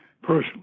personally